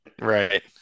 Right